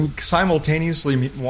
simultaneously